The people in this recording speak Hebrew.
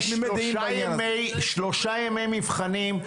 יש שלושה ימי מבחנים.